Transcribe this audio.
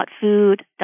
.food